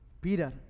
Peter